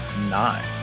nine